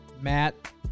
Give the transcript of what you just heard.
Matt